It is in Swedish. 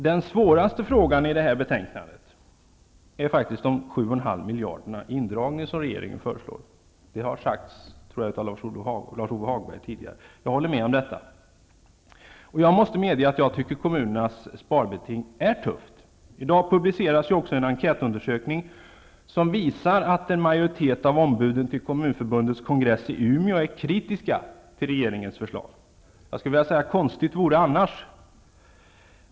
Den svåraste frågan i det här betänkandet är de 7,5 miljarderna i indragning som regeringen förslår. Jag tror att det tidigare har sagts av Lars-Ove Hagberg. Jag håller med om detta, och jag måste medge att jag tycker att kommunernas sparbeting är tufft. I dag publiceras också en enkätundersökning som visar att en majoritet av ombuden till Kommunförbundets kongress i Umeå är kritiska till regeringens förslag. Jag skulle vilja säga: Konstigt vore det annars!